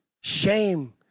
shame